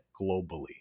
globally